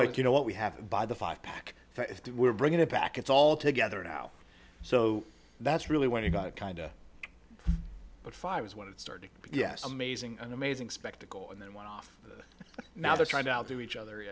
like you know what we have by the five pack we're bringing it back it's all together now so that's really when you got kind but five was when it started yes amazing and amazing spectacle and then went off now they're trying to outdo each other